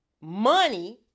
money